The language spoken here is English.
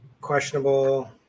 Questionable